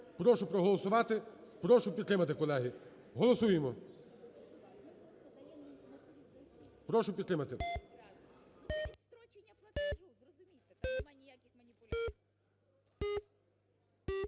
Прошу проголосувати, прошу підтримати, колеги, голосуємо. Прошу підтримати.